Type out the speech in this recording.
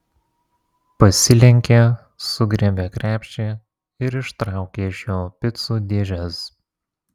pasilenkė sugriebė krepšį ir ištraukė iš jo picų dėžes